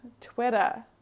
Twitter